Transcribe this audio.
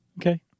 Okay